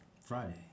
Friday